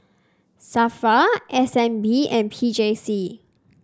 Safra S N B and P J C